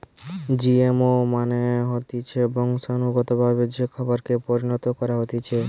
GMO মানে হতিছে বংশানুগতভাবে যে খাবারকে পরিণত করা হতিছে